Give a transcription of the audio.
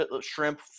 Shrimp